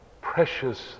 precious